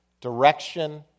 Direction